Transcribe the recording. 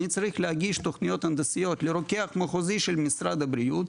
אני צריך להגיש תכניות הנדסיות לרוקח המחוזי של משרד הבריאות,